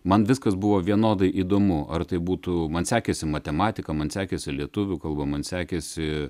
man viskas buvo vienodai įdomu ar tai būtų man sekėsi matematika man sekėsi lietuvių kalba man sekėsi